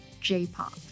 J-pop